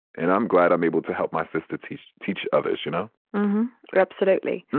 and i'm glad i'm able to help my sisters teach, to teach others, you know absolutely.